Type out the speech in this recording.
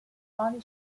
bonnie